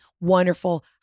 wonderful